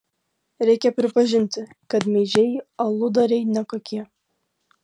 reikia pripažinti kad meižiai aludariai ne kokie